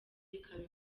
bikaba